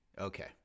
Okay